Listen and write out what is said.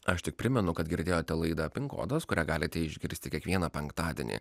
aš tik primenu kad girdėjote laidą pin kodas kurią galite išgirsti kiekvieną penktadienį